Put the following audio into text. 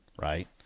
right